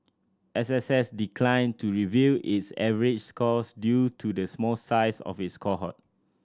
S S S declined to reveal its average scores due to the small size of its cohort